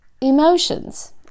emotions